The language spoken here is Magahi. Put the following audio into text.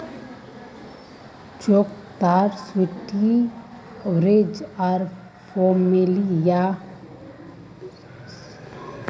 चकोतरा स्वीट ऑरेंज आर पोमेलो या शैडॉकेर क्रॉस स पैदा हलछेक